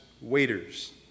Waiters